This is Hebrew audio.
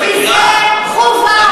וזו חובה,